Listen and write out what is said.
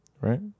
right